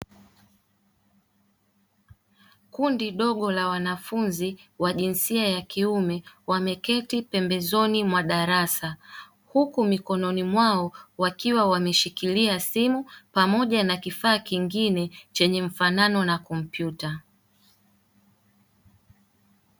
Kundi dogo la wanafunzi wa jinsia ya kiume wameketi pembezoni mwa darasa huku mikononi mwao wakiwa wameshikilia simu pamoja na kifaa kingine chenye mfanano na kompyuta.